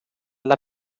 alla